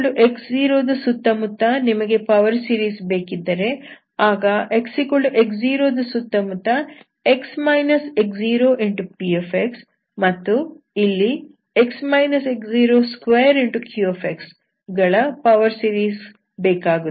xx0 ದ ಸುತ್ತಮುತ್ತ ನಿಮಗೆ ಪವರ್ ಸೀರೀಸ್ ಬೇಕಿದ್ದರೆ ಆಗ xx0 ದ ಸುತ್ತಮುತ್ತ px ಮತ್ತು ಇಲ್ಲಿ x x02qx ಗಳ ಪವರ್ ಸೀರೀಸ್ ಬೇಕಾಗುತ್ತದೆ